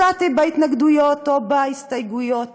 הצעתי בהתנגדויות או בהסתייגויות